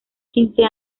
quince